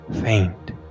Faint